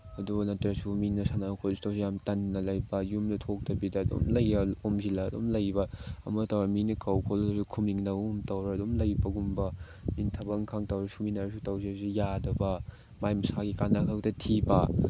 ꯑꯗꯨ ꯅꯠꯇ꯭ꯔꯁꯨ ꯃꯤꯅ ꯁꯥꯟꯅ ꯈꯣꯠꯁꯨ ꯌꯥꯝ ꯇꯟꯅ ꯂꯩꯕ ꯌꯨꯝꯗꯒꯤ ꯊꯣꯛꯇꯕꯤꯗ ꯑꯗꯨꯝ ꯂꯩꯕ ꯑꯣꯝꯖꯤꯜꯂ ꯑꯗꯨꯝ ꯂꯩꯕ ꯑꯃ ꯇꯧꯔꯦ ꯃꯤꯅ ꯀꯧ ꯈꯣꯠꯂꯁꯨ ꯈꯨꯝꯅꯤꯡꯗꯒꯨꯝ ꯇꯧꯔ ꯑꯗꯨꯝ ꯂꯩꯕꯒꯨꯝꯕ ꯊꯕꯛ ꯏꯟꯈꯥꯡ ꯇꯧꯔꯁꯨ ꯃꯤꯅꯁꯨ ꯇꯧꯁꯦ ꯍꯥꯏꯔꯁꯨ ꯌꯥꯗꯕ ꯃꯥꯏ ꯃꯁꯥꯒꯤ ꯀꯥꯟꯅꯕꯈꯛꯇ ꯊꯤꯕ